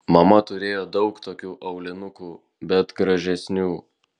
mama turėjo daug tokių aulinukų bet gražesnių